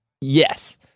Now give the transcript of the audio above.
yes